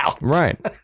Right